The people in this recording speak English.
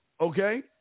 okay